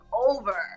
over